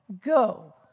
go